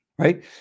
right